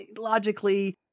logically